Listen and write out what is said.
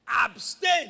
Abstain